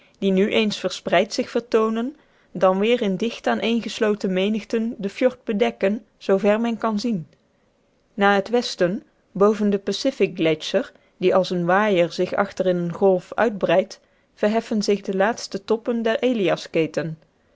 die nu eens verpreid zich vertoonen dan weer in dicht aaneengesloten menigten den fjord bedekken zoover men kan zien naar het westen boven den pacific gletscher die als een waaier zich achter in een golf uitbreidt verheffen zich de laatste toppen der eliasketen